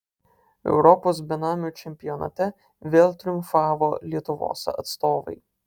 europos benamių čempionate vėl triumfavo lietuvos atstovai